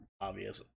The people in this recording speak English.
obvious